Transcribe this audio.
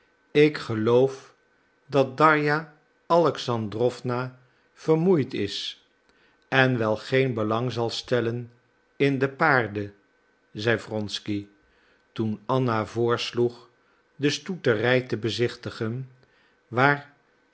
ik geloof dat darja alexandrowna vermoeid is en wel geen belang zal stellen in de paarden zei wronsky toen anna voorsloeg de stoeterij te bezichtigen waar